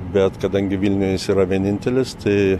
bet kadangi vilniuje jis yra vienintelis tai